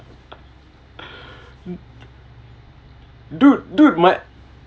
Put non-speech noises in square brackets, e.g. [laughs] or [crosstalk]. [laughs] dude dude my